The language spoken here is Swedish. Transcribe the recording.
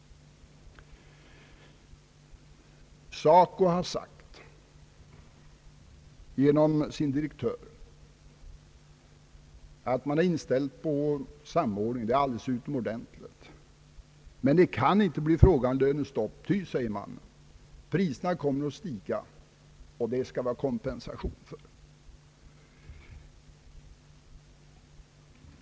SACO har genom sin direktör sagt att man är inställd på samordning. Det är alldeles utomordentligt. Men det kan inte bli fråga om lönestopp ty, säger man, priserna kommer att stiga, och det skall vi ha kompensation för.